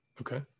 Okay